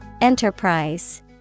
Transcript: Enterprise